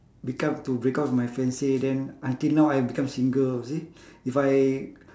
become to break up with my fiance then until now I become single you see if I